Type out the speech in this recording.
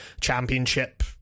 championship